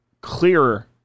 clearer